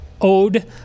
ode